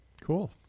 Cool